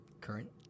current